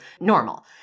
normal